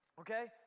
okay